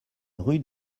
rue